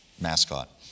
mascot